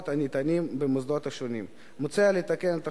קריאה שלישית.